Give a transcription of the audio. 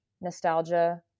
nostalgia